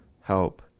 help